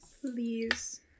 Please